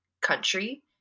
country